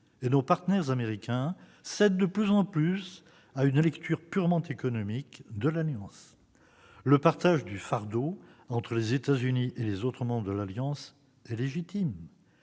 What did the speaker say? Nos partenaires Américains cèdent de plus en plus à une lecture purement économique de l'Alliance. Le partage du fardeau entre les États-Unis et les autres membres est légitime.